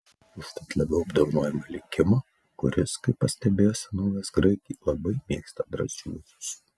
užtat labiau apdovanojama likimo kuris kaip pastebėjo senovės graikai labai mėgsta drąsiuosius